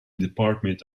department